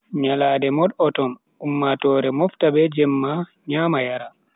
Nyalande mud-autumm, ummatoore mofta be jemma nyama yara.